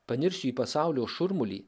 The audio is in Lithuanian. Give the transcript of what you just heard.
panirsiu į pasaulio šurmulį